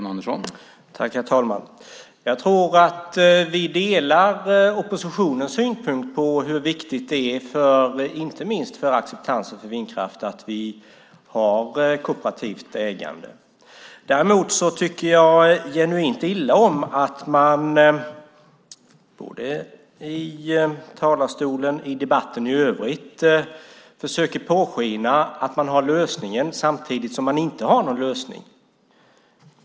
Herr talman! Jag tror att vi delar oppositionens synpunkt på hur viktigt det är för inte minst acceptansen av vindkraft att vi har kooperativt ägande. Däremot tycker jag genuint illa om att man i talarstolen och i debatten i övrigt försöker påskina att man har lösningen samtidigt som man inte har någon lösning.